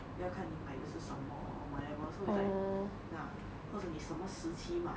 要看你买的是什么 or whatever so it is like ya 或者你什么时期买